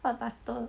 what butter